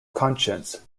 conscience